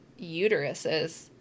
uteruses